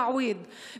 בפרט בתקופה זו,